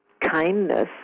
kindness